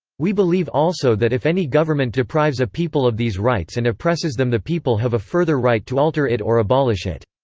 we believe also that if any government deprives a people of these rights and oppresses them the people have a further right to alter it or abolish it.